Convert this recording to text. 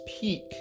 peak